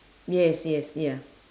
yes yes ya